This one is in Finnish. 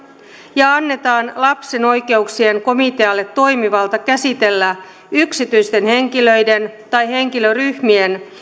ja annetaan lapsen oikeuksien komitealle toimivalta käsitellä yksityisten henkilöiden tai henkilöryhmien